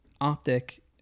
Optic